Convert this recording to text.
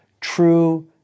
true